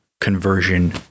conversion